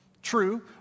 True